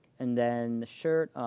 and then the shirt,